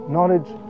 Knowledge